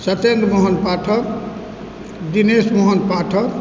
Satendra Mohan Pathak Dinesh Mohan Pathak